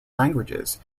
languages